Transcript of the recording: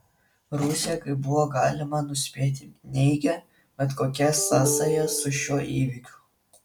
rusija kaip buvo galima nuspėti neigė bet kokias sąsajas su šiuo įvykiu